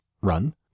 run